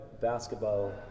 basketball